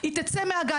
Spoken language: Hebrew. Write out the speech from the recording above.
היא תצא מהגן.